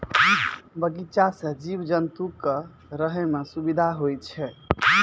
बगीचा सें जीव जंतु क रहै म सुबिधा होय छै